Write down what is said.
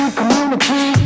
community